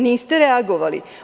Niste reagovali.